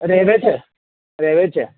રહે છે રહે છે